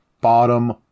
Bottom